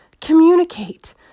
communicate